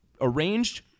arranged